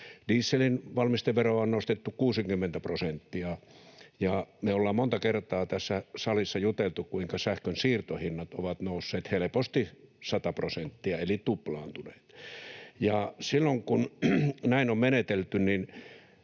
Dieselin valmisteveroa on nostettu 60 prosenttia. Me ollaan monta kertaa tässä salissa juteltu, kuinka sähkön siirtohinnat ovat nousseet helposti sata prosenttia eli tuplaantuneet. Silloin kun näin on menetelty,